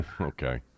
Okay